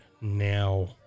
now